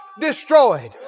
destroyed